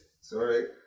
Sorry